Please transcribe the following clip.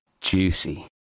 juicy